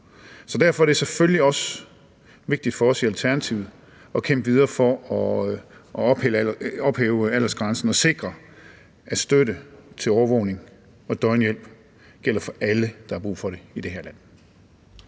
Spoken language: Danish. år. Derfor er det selvfølgelig også vigtigt for os i Alternativet at kæmpe videre for at ophæve aldersgrænsen og sikre, at støtte til overvågning og døgnhjælp gælder for alle, der har brug for det i det her land.